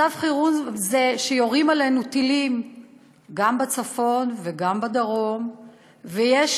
מצב חירום זה כשיורים עלינו טילים גם בצפון וגם בדרום ויש